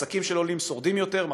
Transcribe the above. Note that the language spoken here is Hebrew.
עסקים של עולים שורדים יותר,